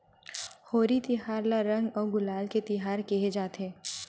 होरी तिहार ल रंग अउ गुलाल के तिहार केहे जाथे